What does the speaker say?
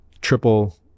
triple